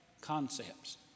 concepts